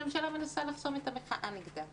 הממשלה מנסה לחסום את המחאה נגדה.